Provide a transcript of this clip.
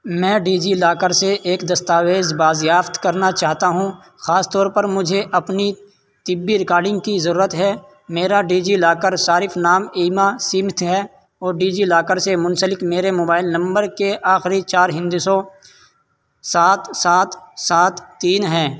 میں ڈیجیلاکر سے ایک دستاویز بازیافت کرنا چاہتا ہوں خاص طور پر مجھے اپنی طبعی ریکارڈنگ کی ضرورت ہے میرا ڈیجیلاکر صارف نام ایما سیمتھ ہے اور ڈیجیلاکر سے منسلک میرے موبائل نمبر کے آخری چار ہندسوں سات سات سات تین ہیں